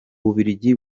bubiligi